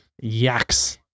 Yaks